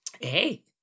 hey